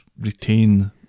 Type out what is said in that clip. retain